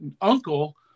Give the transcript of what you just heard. uncle